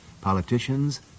politicians